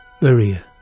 Maria